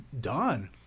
done